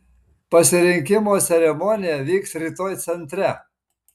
pasirinkimo ceremonija vyks rytoj centre